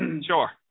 sure